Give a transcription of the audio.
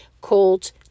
called